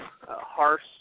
harsh